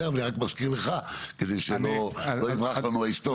אבל אני רק מזכיר לך, כדי שלא תברח לנו ההיסטוריה.